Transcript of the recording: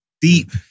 deep